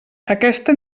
aquesta